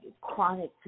chronic